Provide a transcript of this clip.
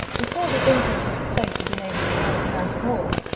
before the influence of the place had been able to find him out at all,